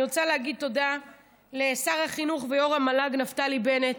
אני רוצה להגיד תודה לשר החינוך ויושב-ראש המל"ג נפתלי בנט,